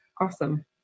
Awesome